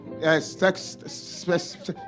Yes